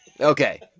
Okay